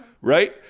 Right